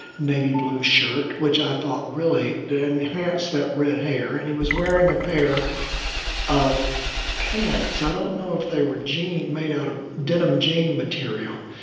navy blue shirt, which i thought really enhanced that red hair. and he was wearing a pair of pants. i don't know if they were jeans, made out of denim jean material,